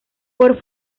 por